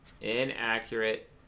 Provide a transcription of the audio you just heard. Inaccurate